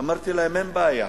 אמרתי להם: אין בעיה,